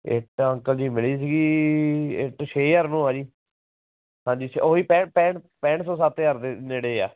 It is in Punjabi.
ਇੱਟ ਅੰਕਲ ਜੀ ਮਿਲੀ ਸੀਗੀ ਛੇ ਹਜ਼ਾਰ ਰੁਪਏ ਨੂੰ ਆ ਜੀ ਹਾਂਜੀ ਉਹ ਹੀ ਪੈਂਹਠ ਪੈਂਹਠ ਪੈਂਹਠ ਸੌ ਸੱਤ ਹਜ਼ਾਰ ਦੇ ਨੇੜੇ ਆ